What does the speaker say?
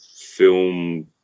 film